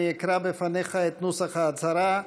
אני אקרא בפניך את נוסח ההצהרה,